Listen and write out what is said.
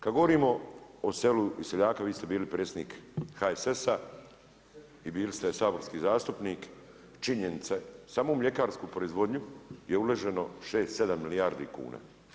Kad govorimo o selu i seljaku, vi ste bili predsjednik HSS-a i bili ste saborski zastupnik, činjenica je samo u mljekarskoj proizvodnji je uloženo 6,7 milijardi kuna.